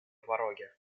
пороге